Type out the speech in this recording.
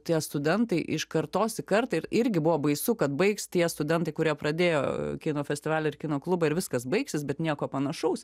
tie studentai iš kartos į kartą ir irgi buvo baisu kad baigs tie studentai kurie pradėjo kino festivalį ir kino klubą ir viskas baigsis bet nieko panašaus